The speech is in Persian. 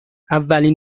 اولین